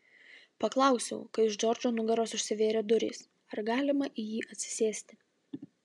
paklausiau kai už džordžo nugaros užsivėrė durys ar galima į jį atsisėsti